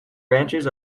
ranches